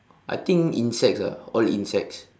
I think insects ah all insects